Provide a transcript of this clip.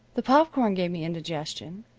the popcorn gave me indigestion,